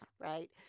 Right